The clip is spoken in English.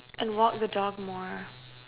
and walk the dog more